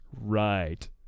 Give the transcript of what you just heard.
right